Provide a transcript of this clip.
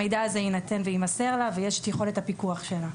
המידע הזה יינתן ויימסר לה ויש את יכולת הפיקוח שלה.